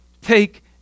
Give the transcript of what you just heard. take